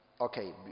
Okay